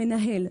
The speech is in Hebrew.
שמנהל,